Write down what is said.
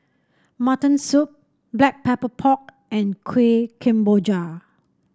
Mutton Soup Black Pepper Pork and Kueh Kemboja